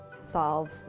solve